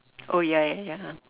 oh ya ya ya